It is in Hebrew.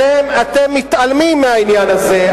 אתם מתעלמים מהעניין הזה,